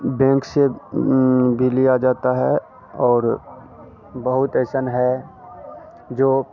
bank से भी लिया जाता है और बहुत ऐसे हैं जो